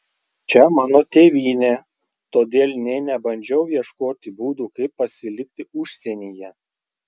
čia mano tėvynė todėl nė nebandžiau ieškoti būdų kaip pasilikti užsienyje